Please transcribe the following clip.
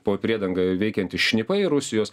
po priedanga i veikiantys šnipai rusijos